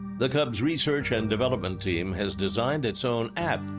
the cubs' research and development team has designed its own app,